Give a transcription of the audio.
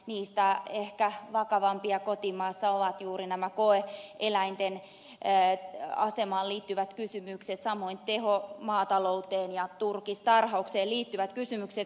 niistä ehkä vakavimpia kotimaassa ovat juuri nämä koe eläinten asemaan liittyvät kysymykset samoin tehomaatalouteen ja turkistarhaukseen liittyvät kysymykset